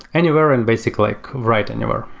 anywhere, and basically like write anywhere.